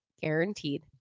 guaranteed